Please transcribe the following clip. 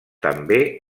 també